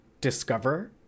discover